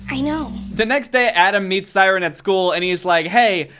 i know. the next day, adam meets siren at school and he's like, hey,